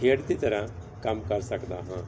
ਖੇਡ ਦੀ ਤਰ੍ਹਾਂ ਕੰਮ ਕਰ ਸਕਦਾ ਹਾਂ